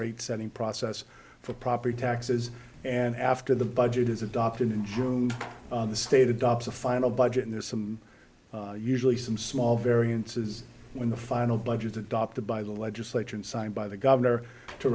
rate setting process for property taxes and after the budget is adopted in june the state adopts a final budget and there's some usually some small variances when the final budget adopted by the legislature and signed by the governor to